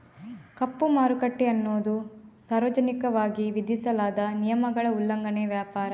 ಕಪ್ಪು ಮಾರುಕಟ್ಟೆ ಅನ್ನುದು ಸಾರ್ವಜನಿಕವಾಗಿ ವಿಧಿಸಲಾದ ನಿಯಮಗಳ ಉಲ್ಲಂಘನೆಯ ವ್ಯಾಪಾರ